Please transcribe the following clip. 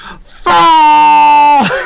fall